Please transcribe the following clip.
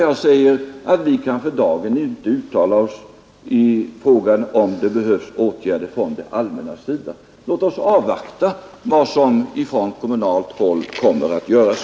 Jag säger att vi för dagen inte kan uttala oss i frågan om det behövs åtgärder från det allmännas sida. Låt oss avvakta vad som från kommunalt håll kommer att göras!